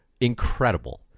incredible